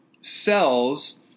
cells